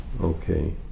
Okay